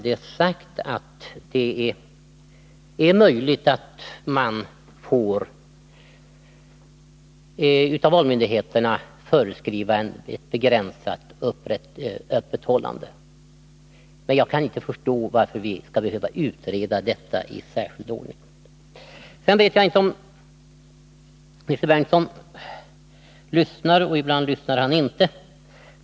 Det är sagt att det är möjligt att valmyndigheterna får föreskriva ett begränsat öppethållande. Men jag kan inte förstå varför vi skall behöva utreda detta i särskild ordning. Jag vet inte om Nils Berndtson lyssnade. Ibland lyssnar han, ibland inte.